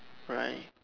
right